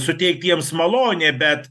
suteikt jiems malonę bet